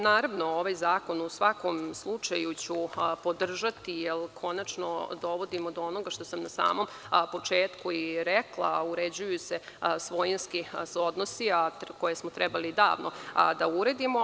Naravno, ovaj zakon ću u svakom slučaju podržati, jer konačno dolazimo do onoga što sam na samom početku i rekla, uređuju se svojinski odnosi koje smo trebali davno da uredimo.